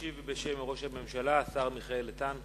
ישיב, בשם הממשלה השר מיכאל איתן.